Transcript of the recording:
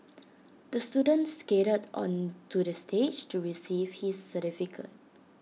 the student skated onto the stage to receive his certificate